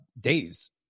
days